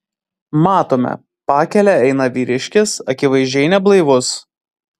matome pakele eina vyriškis akivaizdžiai neblaivus